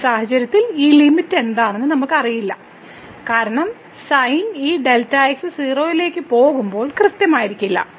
ഈ സാഹചര്യത്തിൽ ഈ ലിമിറ്റ് എന്താണെന്ന് നമുക്കറിയില്ല കാരണം sin ഈ Δx 0 ലേക്ക് പോകുമ്പോൾ കൃത്യമായിരിക്കില്ല